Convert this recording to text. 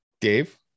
dave